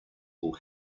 will